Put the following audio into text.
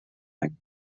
any